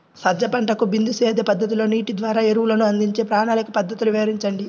సజ్జ పంటకు బిందు సేద్య పద్ధతిలో నీటి ద్వారా ఎరువులను అందించే ప్రణాళిక పద్ధతులు వివరించండి?